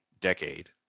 decade